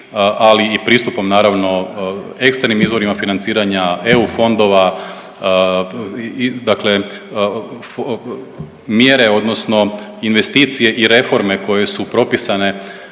ali i pristupom naravno ekstremnim izvorima financiranja, eu fondova, dakle mjere odnosno investicije i reforme koje su propisane